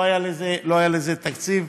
לא היה לזה תקציב.